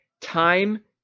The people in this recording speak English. time